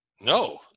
No